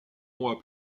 mois